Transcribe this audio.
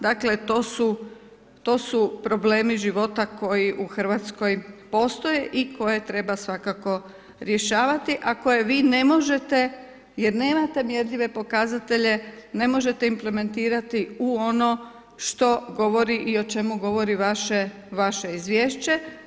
Dakle, to su problemi života koji u RH postoje i koje treba svakako rješavati, a koje vi ne možete jer nemate mjerljive pokazatelje, ne možete implementirati u ono što govori i o čemu govori vaše izvješće.